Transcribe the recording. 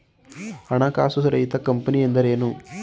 ಹಣಕಾಸು ರಹಿತ ಕಂಪನಿ ಎಂದರೇನು?